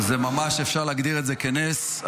ממש אפשר להגדיר את זה כנס.